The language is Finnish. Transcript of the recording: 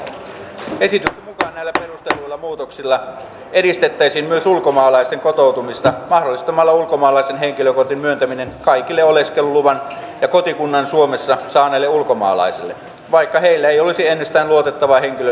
esityksen mukaan näillä perustelluilla muutoksilla edistettäisiin myös ulkomaalaisten kotoutumista mahdollistamalla ulkomaalaisen henkilökortin myöntäminen kaikille oleskeluluvan ja kotikunnan suomessa saaneille ulkomaalaisille vaikka heillä ei olisi ennestään luotettavaa henkilöllisyyden osoittavaa asiakirjaa